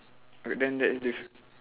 wait then that is different